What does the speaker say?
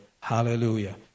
Hallelujah